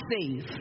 safe